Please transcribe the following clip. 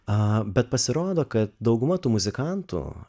bet pasirodo kad dauguma tų muzikantų